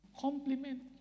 Compliment